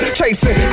chasing